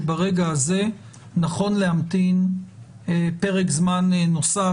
שברגע הזה נכון להמתין פרק זמן נוסף,